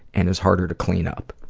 and is harder to clean up.